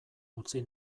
utzi